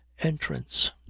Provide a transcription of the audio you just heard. entrance